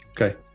Okay